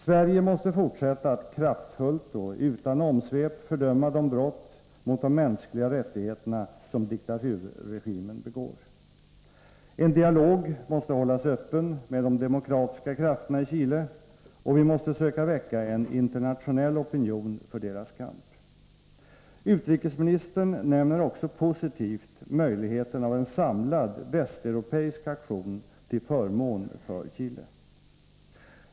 Sverige måste fortsätta att kraftfullt och utan omsvep fördöma de brott mot de mänskliga rättigheterna som diktaturregimen begår. En dialog måste hållas öppen med de demokratiska krafterna i Chile, och vi måste söka väcka en internationell opinion för deras kamp. Utrikesministern nämner också positivt möjligheten av en samlad västeuropeisk aktion till förmån för Chile.